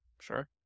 Sure